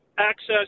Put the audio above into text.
access